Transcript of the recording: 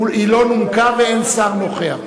היא לא נומקה, ואין שר נוכח.